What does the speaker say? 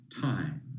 time